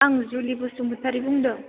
आं जुलि बसुमतारि बुंदों